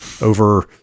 over